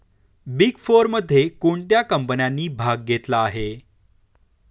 Big फोरमध्ये कोणत्या कंपन्यांनी भाग घेतला आहे?